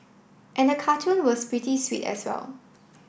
and the cartoon was pretty sweet as well